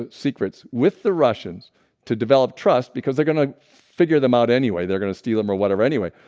ah secrets with the russians to develop trust because they're going to figure them out anyway, they're going to steal them or whatever. anyway,